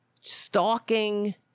stalking